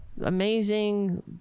amazing